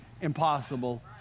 impossible